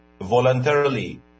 voluntarily